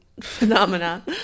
phenomena